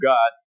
God